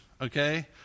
okay